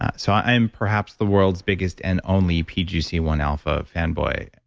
so i'm perhaps the world's biggest and only pgc one alpha fanboy.